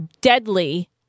deadly